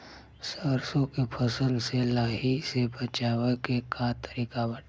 सरसो के फसल से लाही से बचाव के का तरीका बाटे?